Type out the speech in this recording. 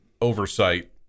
oversight